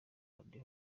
radio